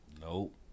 nope